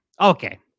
okay